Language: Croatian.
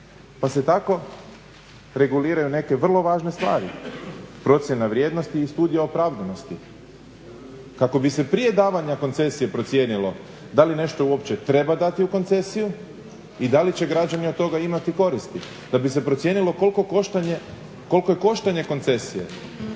Pa se tako reguliraju neke vrlo važne stvari. Procjena vrijednosti i studija opravdanosti. Kako bi se prije davanja koncesije procijenilo da li nešto uopće treba dati u koncesiju i da li će građani od toga imati koristi, da bi se procijenilo koliko je koštanje koncesije,